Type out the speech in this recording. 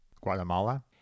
Guatemala